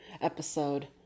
episode